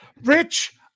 Rich